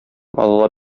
алла